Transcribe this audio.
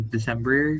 December